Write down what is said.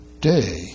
day